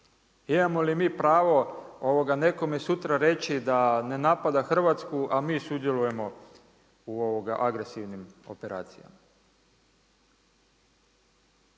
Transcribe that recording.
Imamo li mi pravo nekome sutra reći da ne napada Hrvatsku a mi sudjelujemo u agresivnim operacijama?